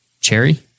cherry